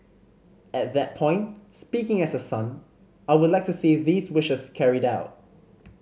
at that point speaking as a son I would like to see these wishes carried out